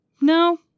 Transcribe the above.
no